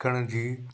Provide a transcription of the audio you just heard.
सिखण जी